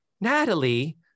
Natalie